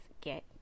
get